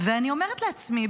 ואני אומרת לעצמי,